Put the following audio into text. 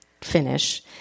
finish